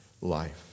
life